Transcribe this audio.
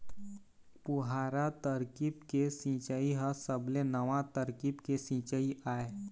फुहारा तरकीब के सिंचई ह सबले नवा तरकीब के सिंचई आय